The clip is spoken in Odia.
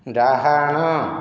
ଡ଼ାହାଣ